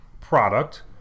product